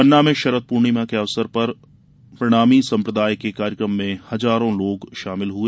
पन्ना में शरद पूर्णिमा के अवसर पर प्रणामी संप्रदाय के कार्यक्रम में हजारों लोग शामिल हो हुए